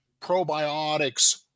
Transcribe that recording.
Probiotics